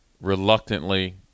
reluctantly